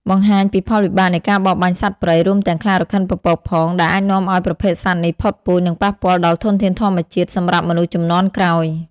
បង្ហាញពីផលវិបាកនៃការបរបាញ់សត្វព្រៃ រួមទាំងខ្លារខិនពពកផង ដែលអាចនាំឲ្យប្រភេទសត្វនេះផុតពូជ និងប៉ះពាល់ដល់ធនធានធម្មជាតិសម្រាប់មនុស្សជំនាន់ក្រោយ។